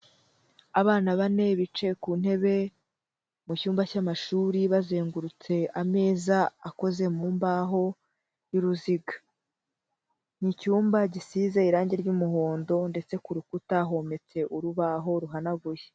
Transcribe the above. Abana bane bicaye ku ntebe, mu cyumba cy'amashuri, bazengurutse ameza akoze mu mbaho, y'uruziga. Ni icyumba gisize irange ry'umuhondo ndetse ku rukuta hometse urubaho ruhanaguye.